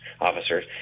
officers